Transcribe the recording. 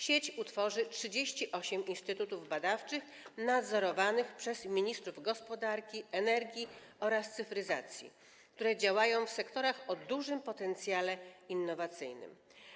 Sieć utworzy 38 instytutów badawczych nadzorowanych przez ministrów gospodarki, energii oraz cyfryzacji, które będą działać w sektorach o dużym potencjale innowacyjnym.